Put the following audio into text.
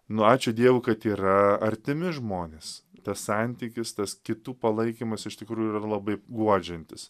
nu ačiū dievu kad yra artimi žmonės tas santykis tas kitų palaikymas iš tikrų labai guodžiantis